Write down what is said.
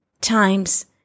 times